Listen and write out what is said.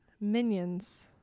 Minions